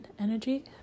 energy